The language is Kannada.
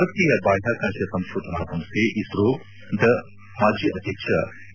ಭಾರತೀಯ ಬಾಹ್ಯಾಕಾಶ ಸಂಶೋಧನಾ ಸಂಸ್ದೆ ಇಸ್ರೋದ ಮಾಜಿ ಅಧ್ಯಕ್ಷ ಎ